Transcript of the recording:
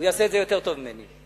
הוא יעשה את זה יותר טוב ממני.